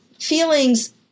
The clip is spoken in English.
feelings